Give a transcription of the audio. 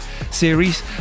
series